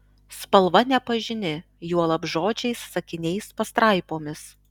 spalva nepažini juolab žodžiais sakiniais pastraipomis